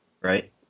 right